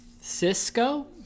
Cisco